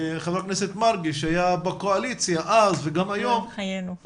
ח"כ מרגי שהיה בקואליציה אז וגם היום,